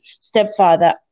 stepfather